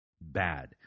bad